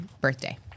birthday